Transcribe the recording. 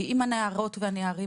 כי אם הנערות והנערים,